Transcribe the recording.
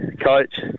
coach